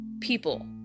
people